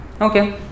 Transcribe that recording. Okay